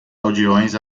aldeões